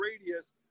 radius